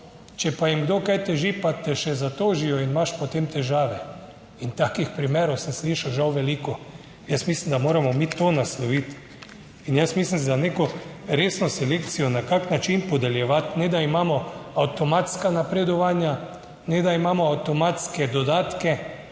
če pa jim kdo kaj teži, pa te še zatožijo in imaš potem težave, in takih primerov sem slišal, žal veliko. Jaz mislim, da moramo mi to nasloviti. In jaz mislim za neko resno selekcijo, na kak način podeljevati, ne da imamo avtomatska napredovanja, ne da imamo avtomatske dodatke